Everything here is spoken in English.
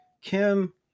Kim